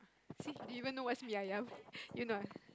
see you don't even know what's mee-ayam you not